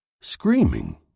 screaming